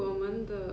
mm